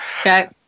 Okay